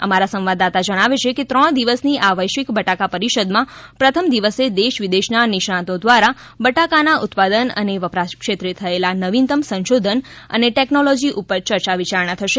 અમારા સંવાદદાતા જણાવે છે કે ત્રણ દિવસની આ વૈશ્વિક બટાકા પરિષદમાં પ્રથમ દિવસે દેશ વિદેશના નિષ્ણાતો દ્વારા બટાકાના ઉત્પાદન અને વપરાશ ક્ષેત્રે થયેલા નવીનતમ સંશોધન અને ટેક્નોલોજી ઉપર યર્ચા વિચારણા થશે